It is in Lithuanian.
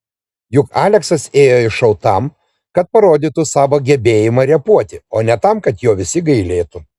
juk aleksas ėjo į šou tam kad parodytų savo gebėjimą repuoti o ne tam kad jo visi gailėtų